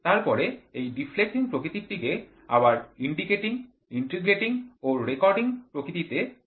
তারপরে এই ডিফ্লেক্টিং প্রকৃতিটিকে আবার ইন্ডিকেটিং ইন্টিগ্রেটিং ও রেকর্ডিং প্রকৃতিতে শ্রেণীবিভাগ করা যেতে পারে